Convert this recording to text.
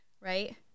right